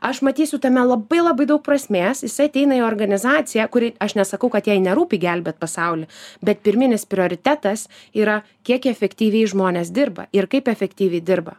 aš matysiu tame labai labai daug prasmės jisai ateina į organizaciją kuriai aš nesakau kad jai nerūpi gelbėt pasaulį bet pirminis prioritetas yra kiek efektyviai žmonės dirba ir kaip efektyviai dirba